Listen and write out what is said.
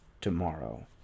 tomorrow